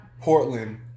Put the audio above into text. Portland